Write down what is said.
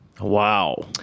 Wow